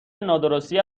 نادرستی